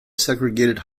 segregated